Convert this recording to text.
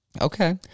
Okay